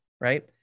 Right